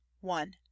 one